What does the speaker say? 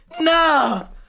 No